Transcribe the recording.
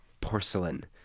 Porcelain